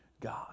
God